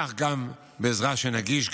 כך גם בעזרה שנגיש